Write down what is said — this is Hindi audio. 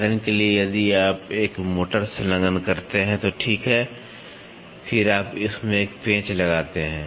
उदाहरण के लिए यदि आप एक मोटर संलग्न करते हैं तो ठीक है और फिर आप उसमें एक पेंच लगाते हैं